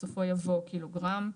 בסופו יבוא "ק"ג".